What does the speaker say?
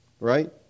right